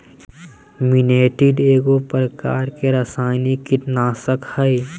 निमेंटीड एगो प्रकार के रासायनिक कीटनाशक हइ